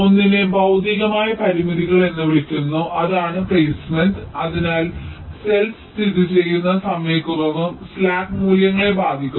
ഒന്നിനെ ഭൌതികമായ പരിമിതികൾ എന്ന് വിളിക്കുന്നു അതാണ് പ്ലെയ്സ്മെന്റ് അതിനാൽ സെൽസ് സ്ഥിതിചെയ്യുന്നതും സമയക്കുറവും സ്ലാക്ക് മൂല്യങ്ങളെ ബാധിക്കുന്നു